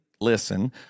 listen